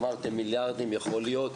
אמרתם מיליארדים, יכול להיות.